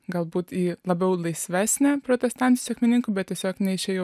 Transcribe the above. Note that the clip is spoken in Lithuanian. galbūt ji labiau laisvesnė protestantų sekmininkų bet tiesiog neišėjau